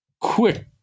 quick